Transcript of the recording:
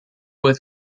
with